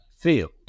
Field